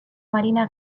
marina